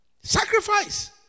Sacrifice